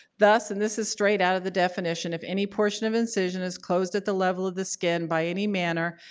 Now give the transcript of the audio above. thus, and this is straight out of the definition, if any portion of incision is closed at the level of the skin by any manner,